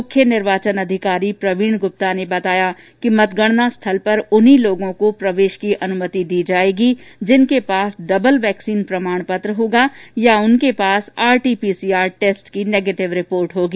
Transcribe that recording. मुख्य निर्वाचन अधिकारी प्रवीण ग्रुप्ता ने बताया कि मतगणना स्थल पर उन्हीं लोगों को अनुमति मिल सर्कगी जिनके पास डबल वैक्सीन प्रमाण पत्र होगा या उनके पास आरटीपीसीआर टेस्ट की नेगेटिव रिपोर्ट होगी